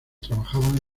trabajaban